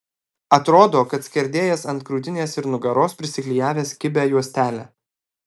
atrodo kad skerdėjas ant krūtinės ir nugaros prisiklijavęs kibią juostelę